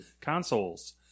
consoles